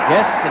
Yes